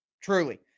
Truly